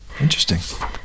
Interesting